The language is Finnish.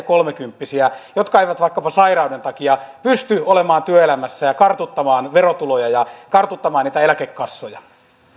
kolmekymppisiä jotka eivät vaikkapa sairauden takia pysty olemaan työelämässä ja kartuttamaan verotuloja ja kartuttamaan niitä eläkekassoja